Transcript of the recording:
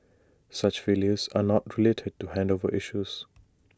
such failures are not related to handover issues